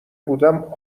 بودم